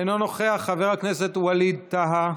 אינו נוכח, חבר הכנסת ווליד טאהא,